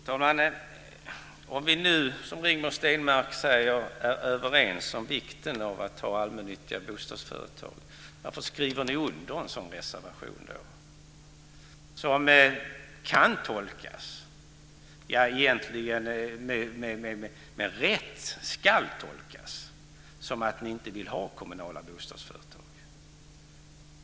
Fru talman! Om vi nu, som Rigmor Stenmark säger, är överens om vikten av att ha allmännyttiga bostadsföretag, varför skriver ni då under en sådan här reservation? Den kan tolkas - och ska egentligen med rätt tolkas - så att ni inte vill ha kommunala bostadsföretag.